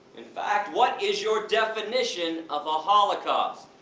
in fact, what is your definition of a holocaust?